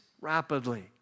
rapidly